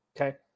Okay